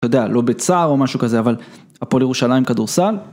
אתה יודע, לא בצער או משהו כזה, אבל הפועל ירושלים כדורסל.